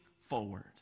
forward